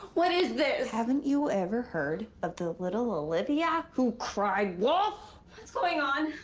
what is this! haven't you ever heard of the little olivia who cried wolf! what's going on?